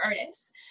artists